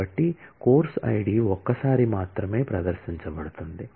కాబట్టి course id ఒక్కసారి మాత్రమే ప్రదర్శించబడుతుంది